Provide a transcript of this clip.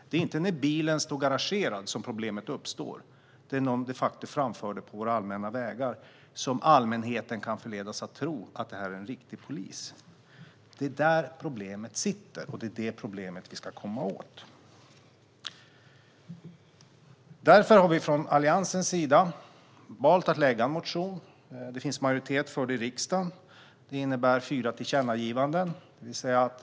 Det är inte när bilen står garagerad som problemet uppstår. Det är när man de facto framför det på våra allmänna vägar som allmänheten kan förledas att tro att det är en riktig polis. Det är där problemet sitter, och det är det problemet vi ska komma åt. Därför har vi från Alliansens sida valt att lägga fram en motion. Det finns majoritet för det i riksdagen. Det innebär fyra tillkännagivanden.